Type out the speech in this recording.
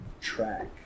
track